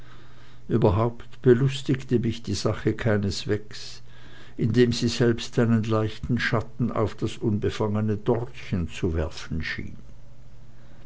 überhaupt belustigte mich die sache keineswegs indem sie selbst einen leichten schatten auf das unbefangene dortchen zu werfen schien